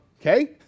okay